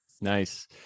Nice